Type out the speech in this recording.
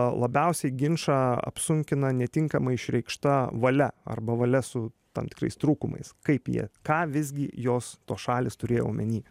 labiausiai ginčą apsunkina netinkamai išreikšta valia arba valia su tam tikrais trūkumais kaip jie ką visgi jos tos šalys turėjo omeny